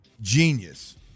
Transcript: genius